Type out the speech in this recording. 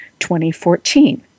2014